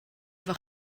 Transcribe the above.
efo